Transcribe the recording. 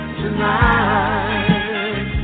tonight